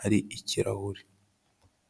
hari ikirahure.